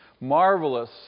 marvelous